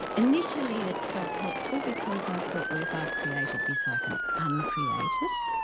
initially that felt helpful because i felt well if i've created this i can un-create it.